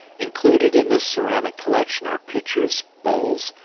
included in this ceramic collection are pitchers, bowls,